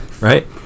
right